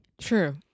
True